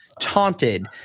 taunted